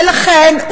ולכן,